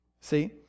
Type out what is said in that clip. See